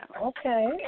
Okay